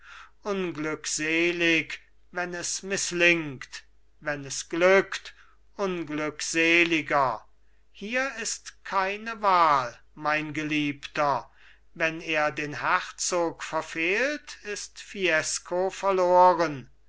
unglückselig wenn es mißlingt wenn es glückt unglückseliger hier ist keine wahl mein geliebter wenn er den herzog verfehlt ist fiesco verloren